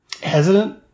hesitant